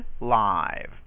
live